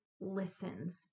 listens